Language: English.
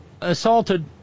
assaulted